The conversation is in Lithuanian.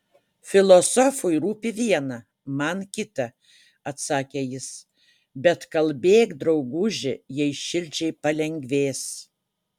filosofui rūpi viena man kita atsakė jis bet kalbėk drauguži jei širdžiai palengvės